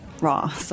raw